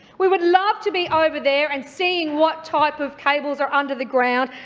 we would love to be over there and seeing what type of cables are under the ground,